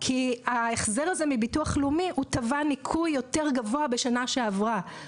כי הוא תבע ניכוי יותר גבוה בשנה שעברה מההחזר מהביטוח הלאומי.